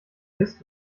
ist